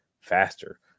faster